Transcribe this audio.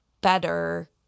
better